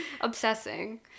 Obsessing